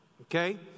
okay